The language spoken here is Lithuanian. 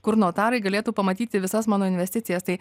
kur notarai galėtų pamatyti visas mano investicijas tai